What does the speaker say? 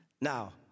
Now